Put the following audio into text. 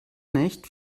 nicht